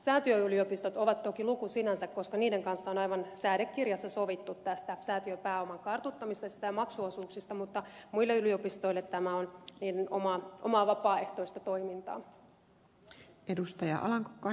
säätiöyliopistot ovat toki luku sinänsä koska niiden kanssa on aivan säädekirjassa sovittu säätiöpääoman kartuttamisesta ja maksuosuuksista mutta muille yliopistoille tämä on niiden omaa vapaaehtoista toimintaa